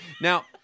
Now